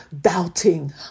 doubting